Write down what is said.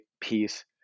piece